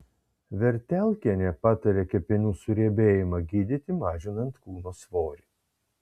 vertelkienė patarė kepenų suriebėjimą gydyti mažinant kūno svorį